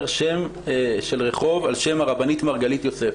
שם של רחוב על שם הרבנית מרגלית יוסף,